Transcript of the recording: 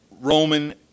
Roman